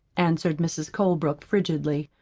answered mrs. colebrook frigidly,